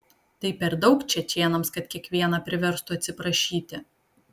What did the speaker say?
tai per daug čečėnams kad kiekvieną priverstų atsiprašyti